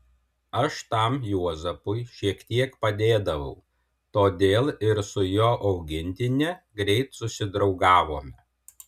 aš tam juozapui šiek tiek padėdavau todėl ir su jo augintine greit susidraugavome